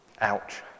Ouch